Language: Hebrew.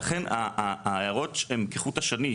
לכן ההערות הן כחוט השני.